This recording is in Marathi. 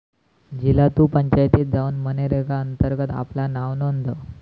झिला तु पंचायतीत जाउन मनरेगा अंतर्गत आपला नाव नोंदव